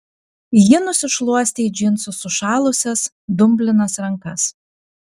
ji nusišluostė į džinsus sušalusias dumblinas rankas